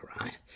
right